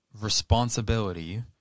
responsibility